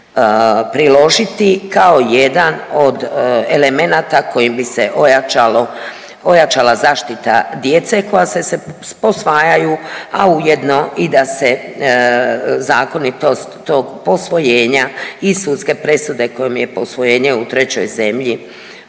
priložiti kao jedan od elemenata kojim bi se ojačala zaštita djece koja se posvajaju, a ujedno da se zakoni tog posvojenja i sudske presude kojom je posvojenje u trećoj zemlji